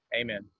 Amen